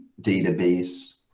database